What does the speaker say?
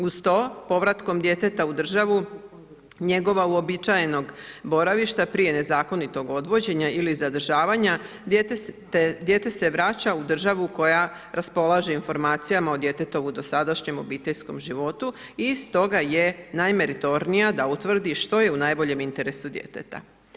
Uz to, povratkom djeteta u državu njegova uobičajenog boravišta prije nezakonitog odvođenja ili zadržavanja dijete se vraća u državu koja raspolaže informacijama o djetetovu dosadašnjem obiteljskom životu i stoga je najmeritornija da utvrdi što je u najboljem interesu djeteta.